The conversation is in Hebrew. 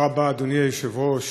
אדוני היושב-ראש,